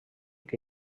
que